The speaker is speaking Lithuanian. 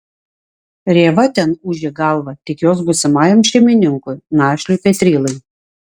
rėva ten ūžė galvą tik jos būsimajam šeimininkui našliui petrylai